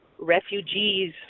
refugees